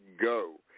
go